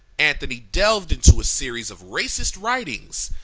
anthony delved into a series of racist writings,